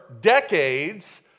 decades